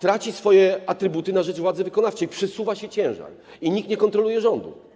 traci swoje atrybuty na rzecz władzy wykonawczej, przesuwa się ciężar i nikt nie kontroluje rządu.